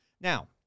Now